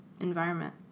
environment